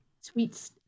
Sweet